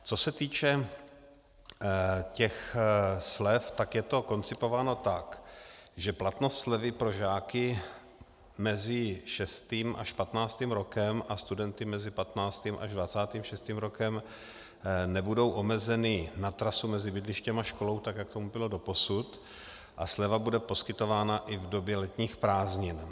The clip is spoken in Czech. Co se týče těch slev, tak je to koncipováno tak, že platnost slevy pro žáky mezi šestým až patnáctým rokem a studenty mezi patnáctým až dvacátým šestým rokem nebudou omezeny na trasu mezi bydlištěm a školou, tak jak tomu bylo doposud, a sleva bude poskytována i v době letních prázdnin.